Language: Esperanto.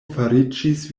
fariĝis